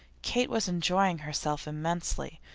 kate was enjoying herself immensely,